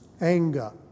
anger